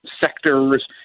sectors